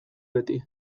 beti